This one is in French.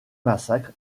massacre